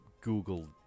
Google